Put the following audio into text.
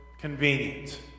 convenient